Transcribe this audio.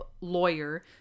lawyer